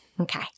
Okay